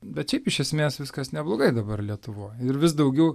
bet šiaip iš esmės viskas neblogai dabar lietuvoj ir vis daugiau